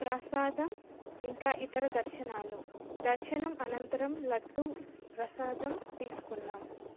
ప్రసాదం ఇంకా ఇతర దర్శనాలు దర్శనం అనంతరం లడ్డు ప్రసాదం తీసుకున్నాం